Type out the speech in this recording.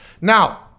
now